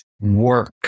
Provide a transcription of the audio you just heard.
work